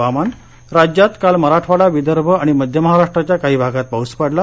हवामान राज्यात काल मराठवाडा विदर्भ आणि मध्यमहाराष्ट्राच्या काही भागात पाऊस पडला